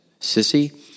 Sissy